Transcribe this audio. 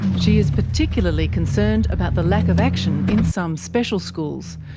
she is particularly concerned about the lack of action in some special schools,